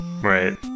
Right